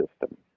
system